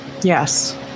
yes